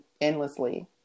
endlessly